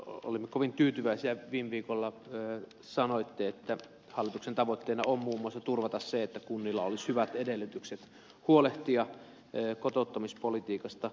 olimme kovin tyytyväisiä kun viime viikolla sanoitte että hallituksen tavoitteena on muun muassa turvata se että kunnilla olisi hyvät edellytykset huolehtia kotouttamispolitiikasta